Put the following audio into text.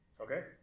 Okay